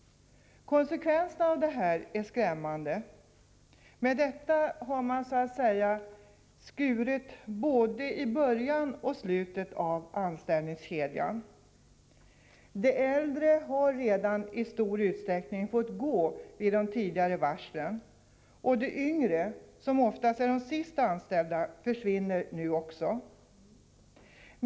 Konsekvenserna av detta är skrämmande. Man har så att säga skurit både i början och i slutet av anställningskedjan. De äldre har redan i stor utsträckning fått gå vid de tidigare varslen. De yngre, som oftast är de senast anställda, försvinner nu också.